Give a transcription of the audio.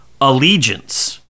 Allegiance